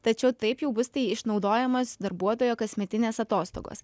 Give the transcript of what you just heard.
tačiau taip jau bus tai išnaudojamos darbuotojo kasmetinės atostogos